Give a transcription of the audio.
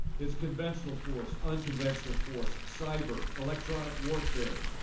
it's conventional force, unconventional force, cyber, electronic warfare,